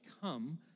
come